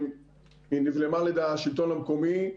נבלמה על ידי השלטון המקומי,